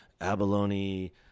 abalone